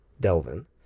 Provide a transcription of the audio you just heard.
Delvin